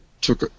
took